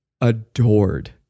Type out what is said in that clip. adored